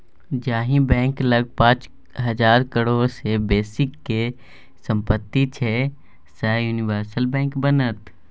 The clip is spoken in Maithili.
जाहि बैंक लग पाच हजार करोड़ सँ बेसीक सम्पति छै सैह यूनिवर्सल बैंक बनत